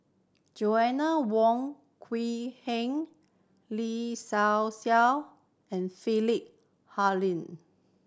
Joanna Wong Quee Heng Lin Hsin Hsin and Philip Hoalim